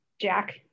Jack